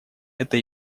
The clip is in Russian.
это